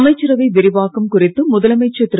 அமைச்சரவை விரிவாக்கும் குறித்து முதலமைச்சர் திரு